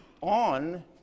on